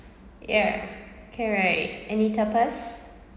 ya okay right any tapas